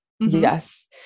Yes